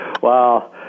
wow